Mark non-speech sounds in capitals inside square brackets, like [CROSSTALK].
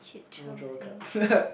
I'm gonna draw a card [LAUGHS]